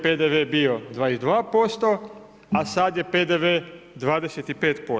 PDV bio 22%, a sad je PDV 25%